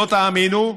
לא תאמינו,